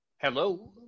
Hello